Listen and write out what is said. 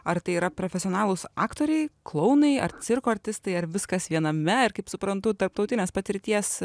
ar tai yra profesionalūs aktoriai klounai ar cirko artistai ar viskas viename ir kaip suprantu tarptautinės patirties